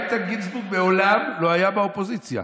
איתן גינזבורג מעולם לא היה באופוזיציה,